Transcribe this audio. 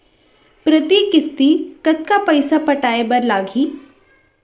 प्रति किस्ती कतका पइसा पटाये बर लागही?